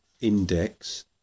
index